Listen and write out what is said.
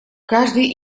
каждый